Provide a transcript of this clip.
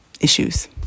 issues